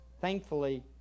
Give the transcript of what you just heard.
thankfully